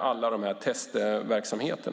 alla testverksamheter?